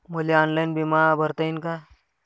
मले ऑनलाईन बिमा भरता येईन का?